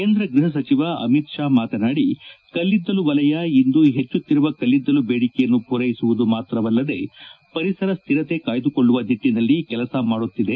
ಕೇಂದ್ರ ಗ್ಬಹ ಸಚಿವ ಅಮಿತ್ ಶಾ ಮಾತನಾದಿ ಕಲ್ಲಿದ್ದಲು ವಲಯ ಇಂದು ಹೆಚ್ಚುತ್ತಿರುವ ಕಲ್ಲಿದ್ದಲು ಬೇದಿಕೆಯನ್ನು ಪೂರ್ೈಸುವುದು ಮಾತ್ರವಲ್ಲದೆ ಪರಿಸರ ಸ್ಥಿರತೆ ಕಾಯ್ದುಕೊಳ್ಳುವ ನಿಟ್ಟಿನಲ್ಲಿ ಕೆಲಸ ಮಾಡುತ್ತಿದೆ